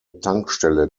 tankstelle